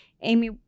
Amy